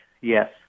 yes